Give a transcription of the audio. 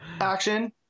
Action